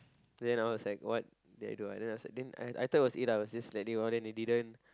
then I was like what did I do ah then I thought it was eight hours then they didn't